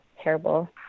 terrible